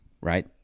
right